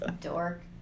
Dork